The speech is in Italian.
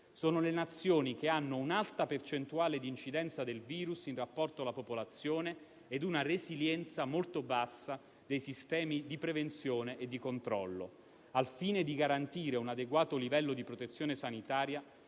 sono le Nazioni che hanno un'alta percentuale di incidenza del virus in rapporto alla popolazione e una resilienza molto bassa dei sistemi di prevenzione e di controllo. Al fine di garantire un adeguato livello di protezione sanitaria